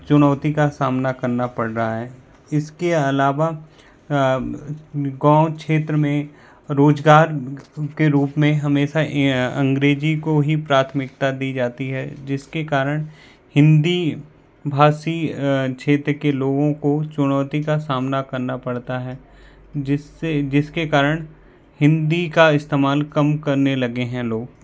चुनौती का सामना करना पड़ रहा है इसके अलावा गाँव क्षेत्र में रोजगार के रूप में हमेसा अंग्रेजी को ही प्राथमिकता दी जाती है जिसके कारण हिंदी भाषी क्षेत्र के लोगों को चुनौती का सामना करना पड़ता है जिससे जिसके कारण हिंदी का इस्तेमाल कम करने लगे हैं लोग